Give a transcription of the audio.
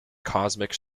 cosmic